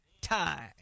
time